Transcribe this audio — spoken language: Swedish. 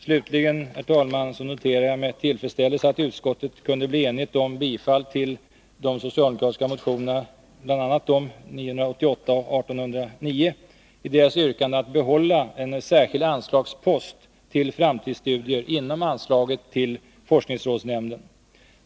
Slutligen, herr talman, noterar jag med tillfredsställelse att utskottet kunde bli enigt om bifall till bl.a. de socialdemokratiska motionerna 988 och 1809 i deras yrkanden om behållande av en särskild anslagspost till framtidsstudier inom anslaget till forskningsrådsnämnden.